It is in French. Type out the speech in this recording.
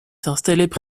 s’installèrent